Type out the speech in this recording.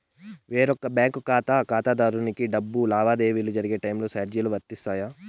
వేరొక బ్యాంకు ఖాతా ఖాతాదారునికి డబ్బు లావాదేవీలు జరిగే టైములో చార్జీలు వర్తిస్తాయా?